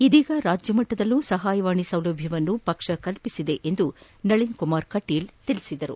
ಇದೀಗ ರಾಜ್ಯ ಮಟ್ಟದಲ್ಲೂ ಸಹಾಯವಾಣಿ ಸೌಲಭ್ಯವನ್ನು ಪಕ್ಸ ಕಲ್ಪಿಸಿದೆ ಎಂದು ನಳಿನ್ಕುಮಾರ್ ಕಟೀಲ್ ತಿಳಿಸಿದರು